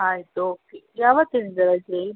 ಆಯ್ತು ಓಕೆ ಯಾವತ್ತಿಂದ ರಜೆ